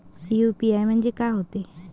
UPI म्हणजे का होते?